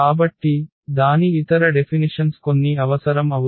కాబట్టి దాని ఇతర డెఫినిషన్స్ కొన్ని అవసరం అవుతాయి